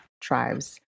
tribes